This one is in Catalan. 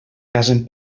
casen